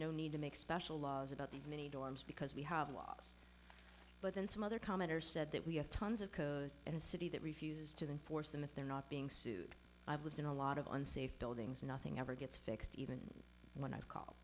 no need to make special laws about these many dorms because we have laws but then some other commenters said that we have tons of code and a city that refuses to then force them if they're not being sued i've lived in a lot of unsafe buildings nothing ever gets fixed even when i've called